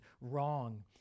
wrong